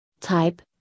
Type